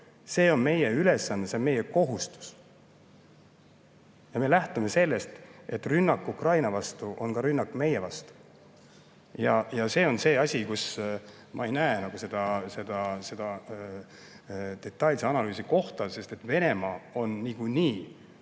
See on meie ülesanne, see on meie kohustus. Me lähtume sellest, et rünnak Ukraina vastu on ka rünnak meie vastu. See on asi, kus ma ei näe detailse analüüsi kohta, sest Venemaa on nii või